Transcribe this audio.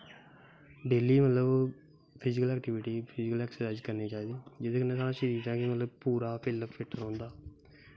daily मतलब physical activity physical activity करनी चाहिदी जेह्दे कन्नै साढ़ा शरीर मतलब पूरा फिट्ट रौंह्दा